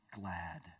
glad